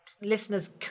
Listeners